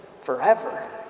forever